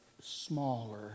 smaller